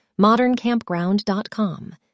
moderncampground.com